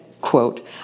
quote